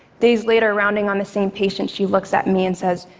days later rounding on the same patient, she looks at me and says,